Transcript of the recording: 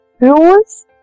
Rules